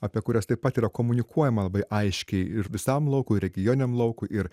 apie kurias taip pat yra komunikuojama labai aiškiai ir visam laukui regioniam laukui ir